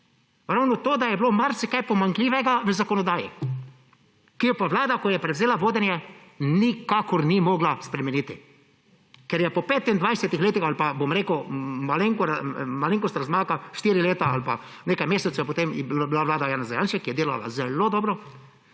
ravno to, da je bilo marsikaj pomanjkljivega v zakonodaji, ki je pa vlada, ko je prevzela vodenje, nikakor ni morala spremeniti. Ker je po 25-ih letih, ali pa bom rekel malenkost razmaka, štiri leta ali pa nekaj mesecev potem bila vlada Janeza Janše, ki je delala zelo dobro,